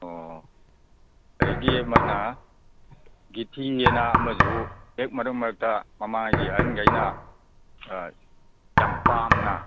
ꯑꯣ ꯑꯗꯒꯤ ꯑꯃꯅ ꯒꯤꯊꯤꯑꯅ ꯑꯃꯁꯨ ꯍꯦꯛ ꯃꯔꯛ ꯃꯔꯛꯇ ꯃꯃꯥꯡꯉꯩꯒꯤ ꯑꯍꯟꯒꯩꯅ ꯌꯥꯝ ꯄꯥꯝꯅ